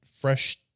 fresh